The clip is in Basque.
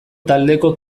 taldeko